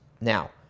Now